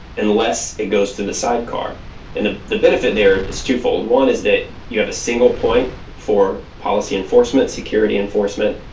unless it goes through the sidecar and the the benefit there is twofold one is that you have a single point for policy enforcement, security enforcement,